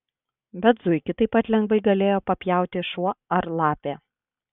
bet zuikį taip pat lengvai galėjo papjauti šuo ar lapė